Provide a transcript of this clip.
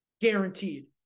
guaranteed